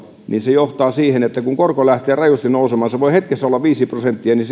niin se johtaa siihen että kun korko lähtee rajusti nousemaan se voi hetkessä olla viisi prosenttia niin